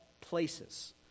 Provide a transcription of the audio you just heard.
places